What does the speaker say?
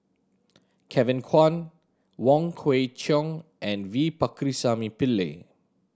Kevin Kwan Wong Kwei Cheong and V Pakirisamy Pillai